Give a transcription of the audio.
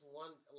one